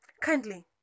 Kindly